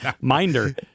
Minder